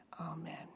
Amen